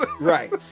Right